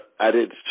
added